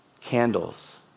candles